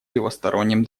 левосторонним